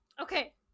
Okay